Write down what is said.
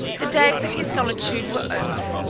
the days of his solitude were over.